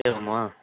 एवं वा